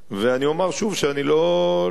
ואני אומר שוב שאני לא חושב,